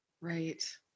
right